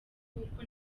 nk’uko